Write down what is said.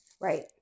Right